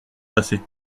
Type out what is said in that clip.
passer